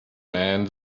man